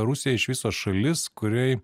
rusija iš viso šalis kuriai